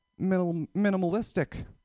minimalistic